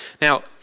Now